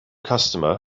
customer